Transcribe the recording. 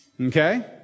Okay